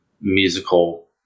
musical